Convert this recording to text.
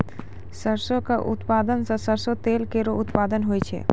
सरसों क उत्पादन सें सरसों तेल केरो उत्पादन होय छै